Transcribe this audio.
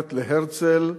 אומרת להרצל: